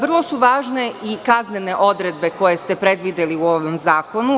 Vrlo su važne i kaznene odredbe koje ste predvideli u ovom zakonu.